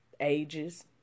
ages